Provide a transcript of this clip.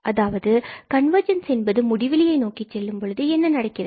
அதாவது கன்வர்ஜென்ஸ் என்பது முடிவிலியை நோக்கிச் செல்லும் பொழுது என்ன நடக்கிறது